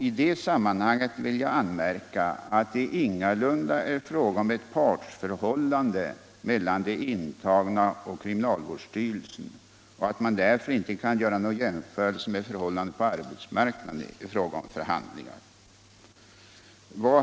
I det sammanhanget vill jag anmärka att det ingalunda är fråga om ett partsförhållande mellan de intagna och kriminalvårdsstyrelsen och att man därför inte kan göra några jämförelser med förhållandet på arbetsmarknaden i fråga om förhandlingar.